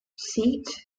seat